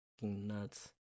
Nuts